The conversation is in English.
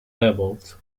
levels